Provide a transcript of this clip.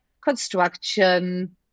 construction